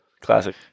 classic